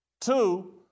Two